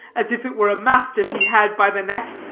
as if it were a mastiff he had by the neck.